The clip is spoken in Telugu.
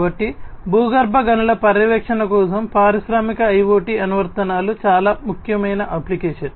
కాబట్టి భూగర్భ గనుల పర్యవేక్షణ కోసం పారిశ్రామిక IoT అనువర్తనాలు చాలా ముఖ్యమైన అప్లికేషన్